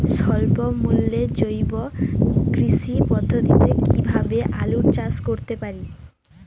স্বল্প মূল্যে জৈব কৃষি পদ্ধতিতে কীভাবে আলুর চাষ করতে পারি?